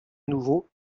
nouveau